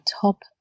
top